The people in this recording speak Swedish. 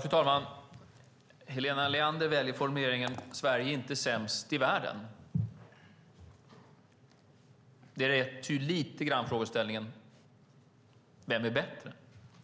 Fru talman! Helena Leander väljer formuleringen: Sverige är inte sämst i världen. Det reser lite grann frågeställningen: Vem är bättre?